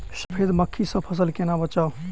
सफेद मक्खी सँ फसल केना बचाऊ?